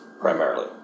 primarily